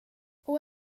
och